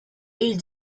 est